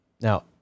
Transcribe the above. Now